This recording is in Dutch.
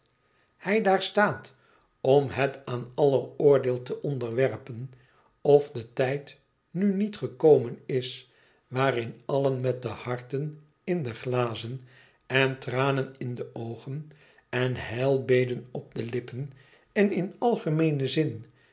hij daar staat om het aan aller oordeel te onderwerpen of de tijd nu niet gekomen is waarin allen met de harten in de glazen en tranen in de oogen en heilbeden op de lippen en in algemeenen zin